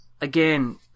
again